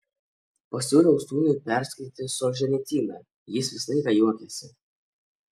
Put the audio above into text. pasiūliau sūnui perskaityti solženicyną jis visą laiką juokėsi